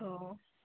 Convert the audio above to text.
औ